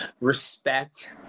respect